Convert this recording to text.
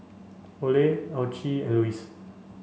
Ole Alcee and Luis